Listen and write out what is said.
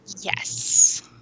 Yes